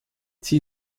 sie